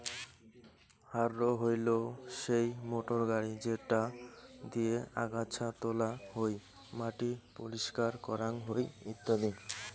harrow হইলো সেই motor গাড়ি যেটা দিয়ে আগাছা তোলা হই, মাটি পরিষ্কার করাং হই ইত্যাদি